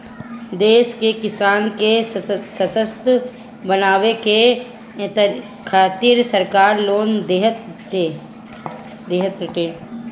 देश के किसान के ससक्त बनावे के खातिरा सरकार लोन देताटे